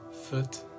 foot